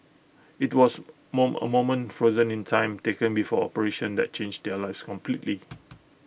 IT was mom A moment frozen in time taken before operation that changed their lives completely